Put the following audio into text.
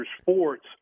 sports